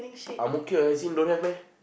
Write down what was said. Ang-Mo-Kio as in don't have meh